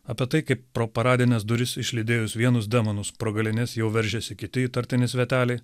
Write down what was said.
apie tai kaip pro paradines duris išlydėjus vienus demonus pro galines jau veržėsi kiti įtartini sveteliai